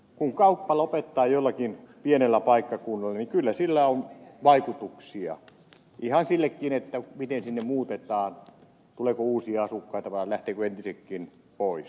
kun kauppa lopettaa jollakin pienellä paikkakunnalla niin kyllä sillä on vaikutuksia ihan siihenkin miten sinne muutetaan tuleeko uusia asukkaita vai lähtevätkö entisetkin pois